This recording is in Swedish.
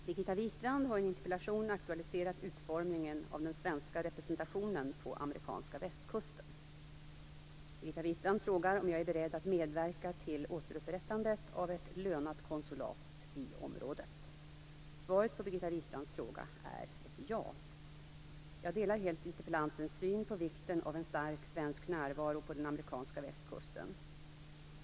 Herr talman! Birgitta Wistrand har i en interpellation aktualiserat utformningen av den svenska representationen på den amerikanska västkusten. Birgitta Wistrand frågar om jag är beredd att medverka till återupprättandet av ett lönat konsulat i området. Svaret på Birgitta Wistrands fråga är ja. Jag delar helt interpellantens syn på vikten av en stark svensk närvaro på den amerikanska västkusten.